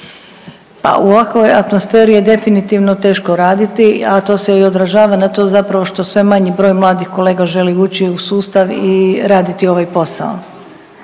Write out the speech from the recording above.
Pa u ovakvoj atmosferi je definitivno teško raditi, a to se i odražava na to zapravo što sve manji broj mladih kolega želi ući u sustav i raditi ovaj posao.